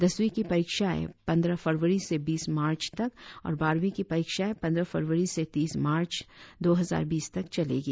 दसवीं की परीक्षाएं पंद्रह फरवरी से बीस मार्च तक और बारहवीं की परीक्षाएं पंद्रह फरवरी से तीस मार्च दो हजार बीस तक चलेंगी